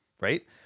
right